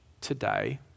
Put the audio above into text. today